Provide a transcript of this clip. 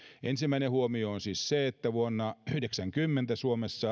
ensimmäinen huomio on siis se että vuonna yhdeksänkymmentä suomessa